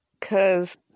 Cause